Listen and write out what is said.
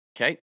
Okay